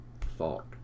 thought